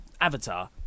avatar